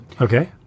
Okay